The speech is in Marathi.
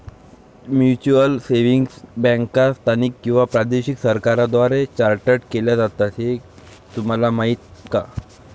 म्युच्युअल सेव्हिंग्ज बँका स्थानिक किंवा प्रादेशिक सरकारांद्वारे चार्टर्ड केल्या जातात हे तुम्हाला माहीत का?